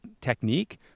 technique